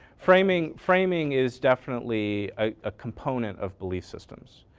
framing framing is definitely a component of belief systems.